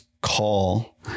Call